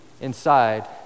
inside